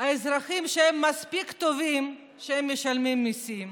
אזרחים שהם מספיק טובים כשהם משלמים מיסים,